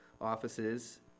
offices